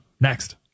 next